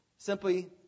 Simply